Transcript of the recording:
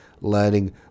learning